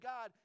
God